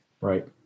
Right